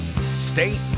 State